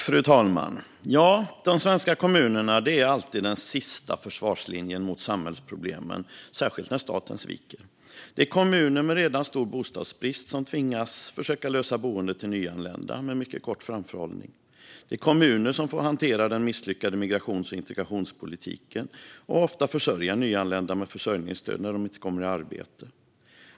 Fru talman! De svenska kommunerna är alltid den sista försvarslinjen mot samhällsproblemen, särskilt när staten sviker. Det är kommuner med redan stor bostadsbrist som tvingas försöka lösa boende till nyanlända med mycket kort framförhållning. Det är kommunerna som får hantera den misslyckade migrations och integrationspolitiken och ofta försörja nyanlända med försörjningsstöd när de inte kommer i arbete.